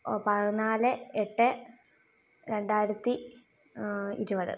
പതിനാല് എട്ട് രണ്ടായിരത്തി ഇരുപത്